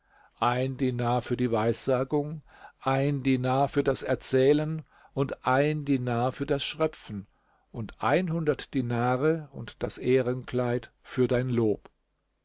ein dinar für die weissagung ein dinar für das erzählen und ein dinar für das schröpfen und dinare und das ehrenkleid für dein lob